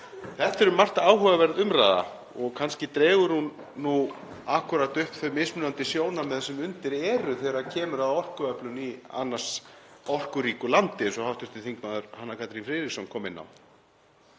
Þetta er um margt áhugaverð umræða og kannski dregur hún nú akkúrat upp þau mismunandi sjónarmið sem undir eru þegar kemur að orkuöflun í annars orkuríku landi eins og hv. þm. Hanna Katrín Friðriksson kom inn á.